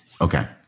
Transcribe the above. Okay